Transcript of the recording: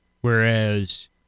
Whereas